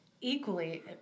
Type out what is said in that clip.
equally